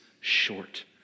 short